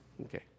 Okay